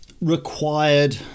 required